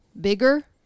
bigger